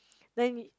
then